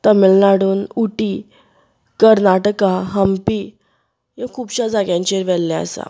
तामिळनाडूंत उटी कर्नाटका हंपी ह्या खुबश्या जाग्यांचेर व्हेल्लें आसा